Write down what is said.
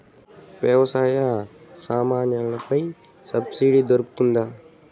వ్యవసాయ సామాన్లలో పై సబ్సిడి దొరుకుతుందా?